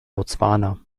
botswana